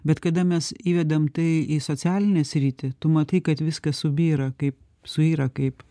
bet kada mes įvedam tai į socialinę sritį tu matai kad viskas subyra kaip suyra kaip